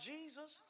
Jesus